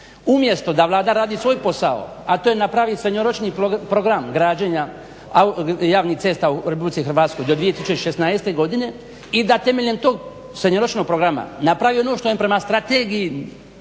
Umjesto da Vlada radi svoj posao, a to je napravi srednjoročni program građenja javnih cesta u RH do 2016.godine i da temeljem tog srednjoročnog programa napravi ono što im prema strategija